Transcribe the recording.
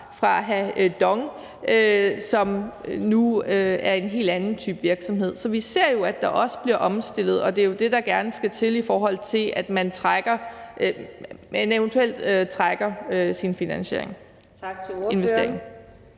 haft DONG, som nu er en helt anden type virksomhed. Så vi ser, at der også bliver omstillet, og det er jo det, der gerne skal til, i forhold til at man eventuelt trækker sin investering. Kl. 16:22 Fjerde